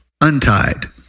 untied